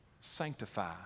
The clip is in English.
sanctify